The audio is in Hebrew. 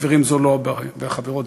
חברים וחברות,